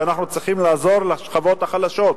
שאנחנו צריכים לעזור לשכבות החלשות,